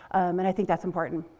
and i think that's important.